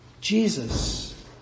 Jesus